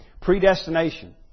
Predestination